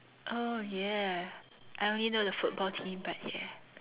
oh ya I only know the football team but ya